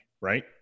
right